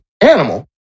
animal